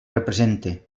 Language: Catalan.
represente